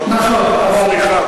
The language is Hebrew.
שלאחר מעשה.